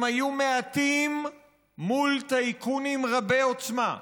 הם היו מעטים מול טייקונים רבי-עוצמה,